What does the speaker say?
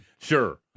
Sure